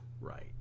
right